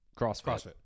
crossfit